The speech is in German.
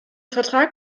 vertrag